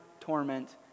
torment